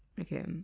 okay